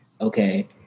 okay